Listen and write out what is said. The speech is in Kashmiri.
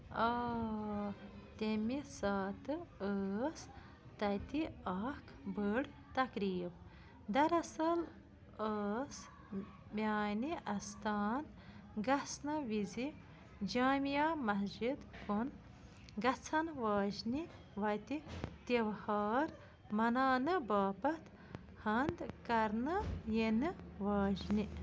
آ تَمہِ ساتہٕ ٲس تَتہِ اَکھ بٔڑ تَقریٖب دراَصَل ٲس میٛانہِ اَستان گژھنہٕ وِزِ جامعہ مسجِد کُن گژھَن واجنہِ وَتہِ تہوار مناونہٕ باپتھ ہَنٛد کرنہٕ یِنہٕ واجنہِ